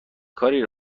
کاری